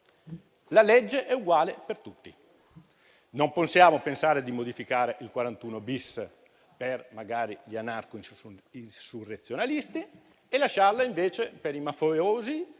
La legge è uguale per tutti. Non possiamo pensare di modificare il 41-*bis* magari per gli anarco-insurrezionalisti e lasciarla invece per i mafiosi